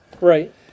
right